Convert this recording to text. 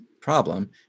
problem